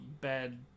bad